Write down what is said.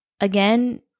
again